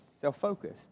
self-focused